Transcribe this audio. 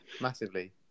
Massively